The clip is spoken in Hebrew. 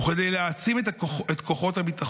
אני גאה, אני אומר את זה בשם השר לביטחון